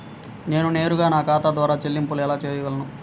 నేను నేరుగా నా ఖాతా ద్వారా చెల్లింపులు ఎలా చేయగలను?